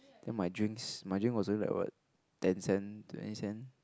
then my drinks my drink was only like what ten cent twenty cent